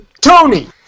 Tony